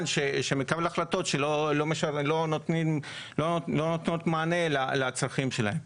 שמקבל החלטות שלא נותנות מענה לצרכים שלהם.